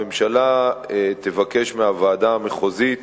הממשלה תבקש מהוועדה המחוזית